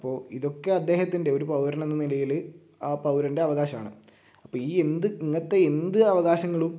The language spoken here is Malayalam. അപ്പോൾ ഇതൊക്കെ അദ്ദേഹത്തിൻ്റെ ഒരു പൗരൻ എന്ന നിലയിൽ ആ പൗരൻ്റെ അവകാശമാണ് അപ്പം ഈ എന്ത് ഇങ്ങനത്തെ എന്ത് അവകാശങ്ങളും